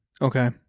Okay